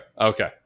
Okay